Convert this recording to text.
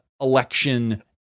election